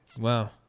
Wow